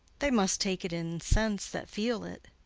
they must take it in sense that feel it.